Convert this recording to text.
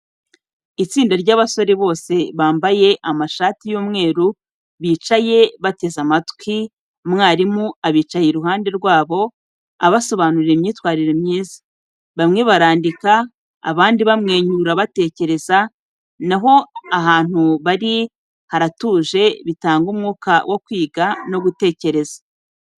Itsinda ry’abasore bose bambaye amashati y’umweru bicaye bateze amatwi, umwarimu abicaye iruhande rwabo, abasobanurira imyitwarire myiza, bamwe barandika, abandi bamwenyura batekereza, naho ahantu bari haratuje bitanga umwuka wo kwiga no gutekereza.